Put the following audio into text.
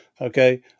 Okay